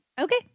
Okay